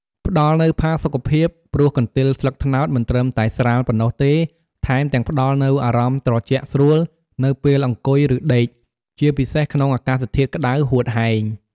ផ្ដល់នូវផាសុខភាព ព្រោះកន្ទេលស្លឹកត្នោតមិនត្រឹមតែស្រាលប៉ុណ្ណោះទេ ថែមទាំងផ្តល់នូវអារម្មណ៍ត្រជាក់ស្រួលនៅពេលអង្គុយ ឬដេក ជាពិសេសក្នុងអាកាសធាតុក្តៅហួតហែង។